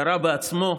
ירה בעצמו,